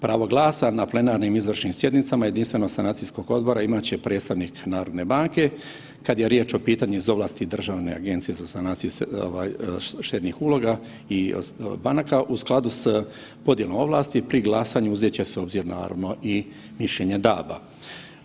Pravo glasa na plenarnim izvršnim sjednicama jedinstvenog sanacijskog odbora imat će predstavnik HNB-a kad je riječ o pitanju iz ovlasti Državne agencije za sanaciju štednih uloga i banaka u skladu s podjelom ovlasti pri glasanju uzet će se u obzir naravno i mišljenje DAB-a.